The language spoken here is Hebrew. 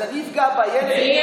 אז אני אפגע בילד?